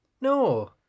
No